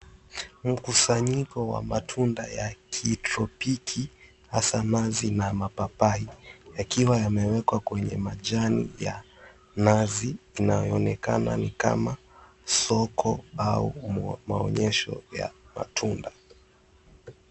Mkusanyiko wa matunda ya kitropiki hasa nazi na mapapai yakiwa yamewekwa kwenye majani ya nazi inayoonekana ni kama soko au maonyesho ya matunda.